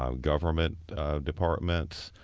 um government departments,